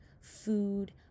food